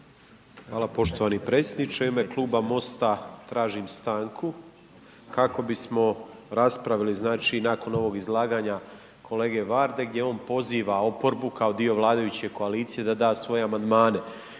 Hvala poštovani predsjedniče, u ime kluba MOST-a tražim stanku kako bismo raspravili, znači nakon ovog izlaganja kolege Varde gdje on poziva oporbu kao dio vladajuće koalicije da da svoje amandmane.